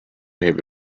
behave